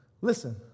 listen